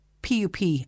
PUP